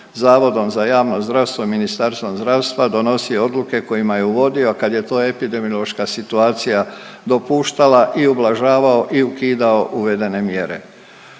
zavodom za javno zdravstvo i Ministarstvom zdravstva donosio odluke kojima je uvodio kad je to epidemiološka situacija dopuštala i ublažavao i ukidao uvedene mjere.